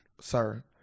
sir